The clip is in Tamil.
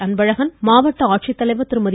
அன்பழகன் மாவட்ட ஆட்சித்தலைவர் திருமதி